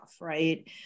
right